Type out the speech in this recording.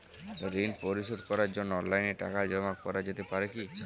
ঋন পরিশোধ করার জন্য অনলাইন টাকা জমা করা যেতে পারে কি?